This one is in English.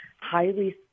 highly